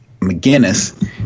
McGinnis